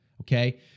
Okay